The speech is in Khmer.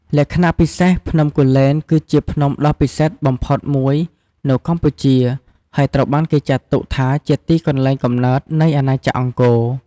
លក្ខណៈពិសេស ភ្នំគូលែនគឺជាភ្នំដ៏ពិសិដ្ឋបំផុតមួយនៅកម្ពុជា ហើយត្រូវបានគេចាត់ទុកថាជា ទីកន្លែងកំណើតនៃអាណាចក្រអង្គរ។